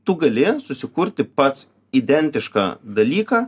tu gali susikurti pats identišką dalyką